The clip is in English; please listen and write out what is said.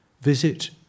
Visit